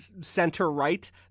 center-right